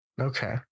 okay